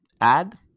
add